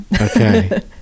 Okay